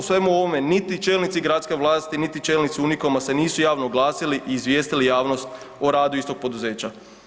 O svemu ovome niti čelnici gradske vlasti niti čelnici „Unikoma“ se nisu javno oglasili i izvijestili javnost o radu istog poduzeća.